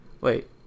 wait